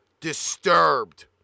Disturbed